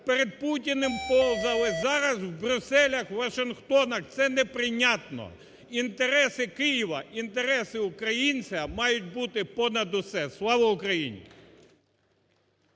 перед Путіним повзали, зараз – в брюсселях, у вашингтонах. Це неприйнятно! Інтереси Києва, інтереси українця мають бути понад усе. Слава Україні!